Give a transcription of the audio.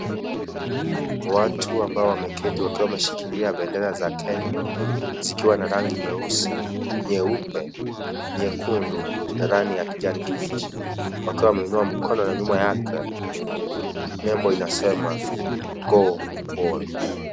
Watu ambao wameketi wakiwa wameshikilia bendera za Kenya zikiwa na rangi nyeusi nyeupe nyekundu na rangi ya kijani kibichi wakiwa wameinua mkono na nyuma yake nembo inasema Go Wolf .